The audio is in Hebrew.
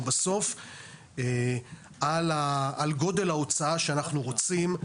בסוף על גודל ההוצאה שאנחנו רוצים,